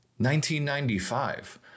1995